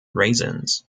raisins